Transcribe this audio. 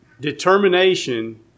determination